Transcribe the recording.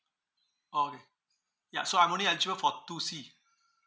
oh okay ya so I'm only eligible for two C